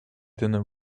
dinner